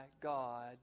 God